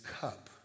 cup